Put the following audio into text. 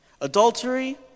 adultery